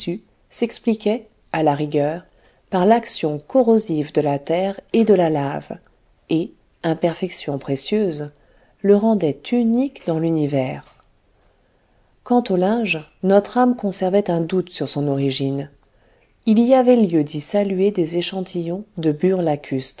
s'expliquait à la rigueur par l'action corrosive de la terre et de la lave et imperfection précieuse le rendait unique dans l'univers quant au linge notre âme conservait un doute sur son origine il y avait lieu d'y saluer des échantillons de